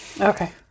Okay